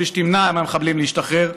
שתמנע מהמחבלים להשתחרר.